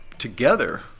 Together